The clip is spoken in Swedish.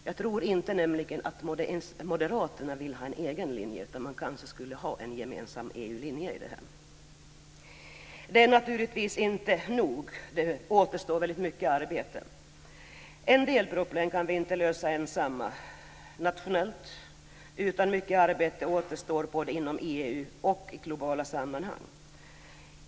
Jag tror nämligen inte att ens moderaterna vill ha en egen linje, utan man kanske skulle ha en gemensam EU-linje. Det är naturligtvis inte nog. Det återstår mycket arbete. En del problem kan vi inte lösa ensamma, nationellt, utan mycket arbete återstår både inom EU och i globala sammanhang.